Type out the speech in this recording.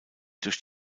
durch